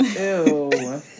ew